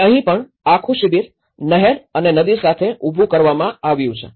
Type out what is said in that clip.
અને અહીં પણ આખું શિબિર નહેર અને નદી સાથે ઉભું કરવામાં આવ્યું છે